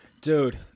Dude